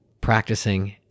practicing